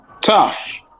tough